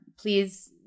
please